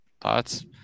thoughts